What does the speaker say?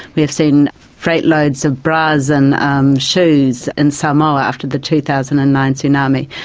we've seen freight loads of bras and um shoes in samoa after the two thousand and nine tsunami,